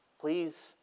Please